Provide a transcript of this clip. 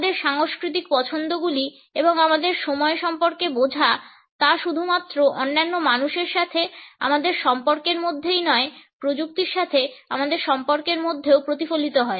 আমাদের সাংস্কৃতিক পছন্দগুলি এবং আমাদের সময় সম্পর্কে বোঝা তা শুধুমাত্র অন্যান্য মানুষের সাথে আমাদের সম্পর্কের মধ্যেই নয় প্রযুক্তির সাথে আমাদের সম্পর্কের মধ্যেও প্রতিফলিত হয়